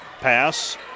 Pass